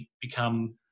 become